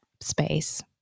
space